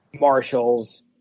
marshals